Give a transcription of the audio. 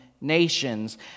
nations